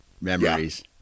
memories